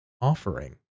offering